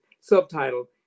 subtitle